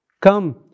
Come